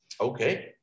Okay